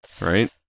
right